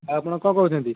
ଆଉ ଆପଣ କ'ଣ କହୁଛନ୍ତି